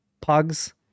Pugs